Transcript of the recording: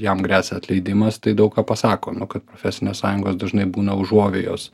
jam gresia atleidimas tai daug ką pasako nu kad profesinės sąjungos dažnai būna užuovėjos